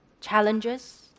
challenges